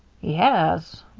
he has!